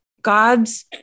God's